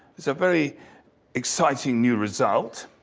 so very exciting new result.